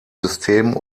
systemen